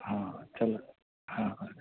ਹਾਂ ਚੱਲ ਹਾਂ